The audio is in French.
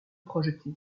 projeté